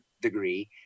degree